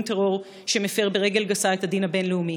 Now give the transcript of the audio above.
טרור שמפר ברגל גסה את הדין הבין-לאומי.